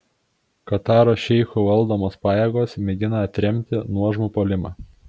kataro šeichų valdomos pajėgos mėgina atremti nuožmų puolimą